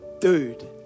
dude